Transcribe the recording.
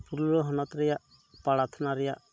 ᱯᱩᱨᱩᱞᱤᱭᱟᱹ ᱦᱚᱱᱚᱛ ᱨᱮᱭᱟᱜ ᱯᱟᱲᱟ ᱛᱷᱟᱱᱟ ᱨᱮᱭᱟᱜ